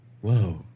whoa